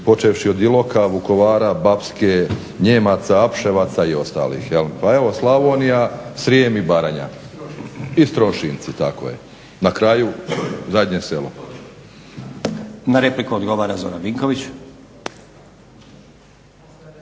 počevši od Iloka, Vukovara, Bapske, Nijemaca, Apševaca i ostalih. Pa evo Slavonija, Srijem i Baranja i Strošinci tako je na kraju zadnje selo. **Stazić, Nenad (SDP)** Na repliku odgovara Zoran Vinković.